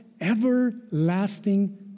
everlasting